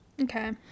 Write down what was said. Okay